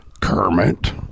Kermit